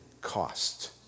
cost